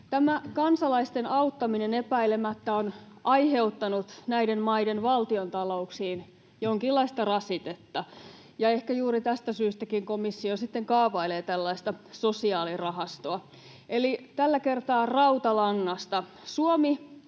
Tämä kansalaisten auttaminen epäilemättä on aiheuttanut näiden maiden valtiontalouksiin jonkinlaista rasitetta, ja ehkä juuri tästäkin syystä komissio sitten kaavailee tällaista sosiaalirahastoa. Eli tällä kertaa rautalangasta: Suomi